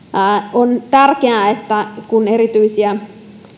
on tärkeää että kun erityisiä